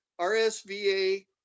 RSVA